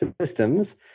Systems